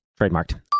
Trademarked